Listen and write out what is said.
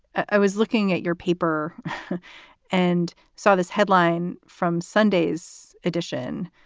i was looking at your paper and saw this headline from sunday's edition.